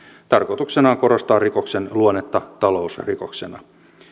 tarkoituksena on korostaa rikoksen luonnetta talousrikoksena